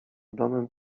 domem